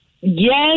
Yes